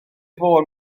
fôn